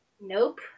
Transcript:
Nope